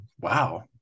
wow